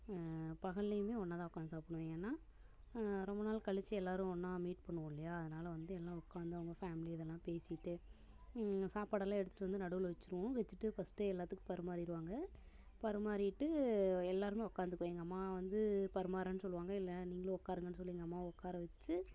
பகல்லையுமே ஒன்றா தான் உட்காந்து சாப்பிடுவோம் ஏனால் ரொம்ப நாள் கழிச்சு எல்லோரும் ஒன்றா மீட் பண்ணுவோம் இல்லையா அதனால வந்து எல்லாரும் உட்காந்து அவங்க ஃபேமலி இதெல்லாம் பேசிகிட்டு சாப்பாடெல்லாம் எடுத்துகிட்டு வந்து நடுவில் வச்சுருவோம் வச்சுட்டு ஃபஸ்ட்டே எல்லாத்துக்கும் பரிமாறிடுவாங்க பரிமாறிவிட்டு எல்லோருமே உட்காந்துக்குவோம் எங்கள் அம்மா வந்து பரிமாருறேன்னு சொல்லுவாங்க இல்லை நீங்களும் உட்காருங்கனு சொல்லி எங்கள் அம்மாவை உட்கார வச்சு